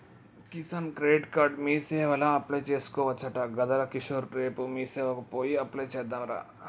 Kisan credit card మీసేవల apply చేసుకోవచ్చట గదరా కిషోర్ రేపు మీసేవకు పోయి అప్లై చెద్దాంరా